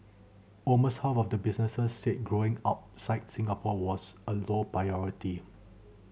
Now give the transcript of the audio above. almost half the businesses said growing outside Singapore was a low priority